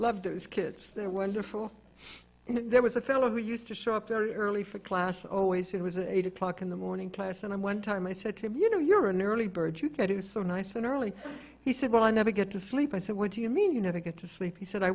those kids they're wonderful and there was a fellow who used to show up very early for class always it was eight o'clock in the morning class and one time i said to him you know you're an early bird you get is so nice and early he said well i never get to sleep i said what do you mean you never get to sleep he said i